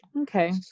Okay